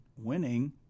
winning